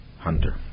hunter